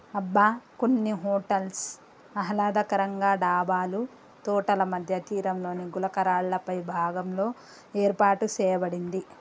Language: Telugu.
అబ్బ కొన్ని హోటల్స్ ఆహ్లాదకరంగా డాబాలు తోటల మధ్య తీరంలోని గులకరాళ్ళపై భాగంలో ఏర్పాటు సేయబడింది